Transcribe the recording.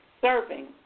serving